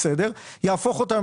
יהפוך אותה,